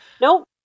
Nope